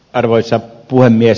arvoisa puhemies